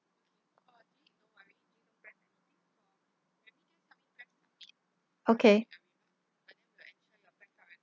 okay